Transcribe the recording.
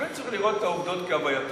לכן צריך לראות את העובדות כהווייתן,